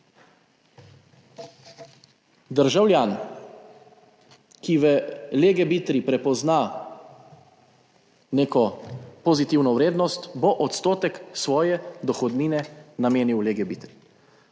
Državljan, ki v Legebitri prepozna neko pozitivno vrednost, bo odstotek svoje dohodnine namenil Legebitri.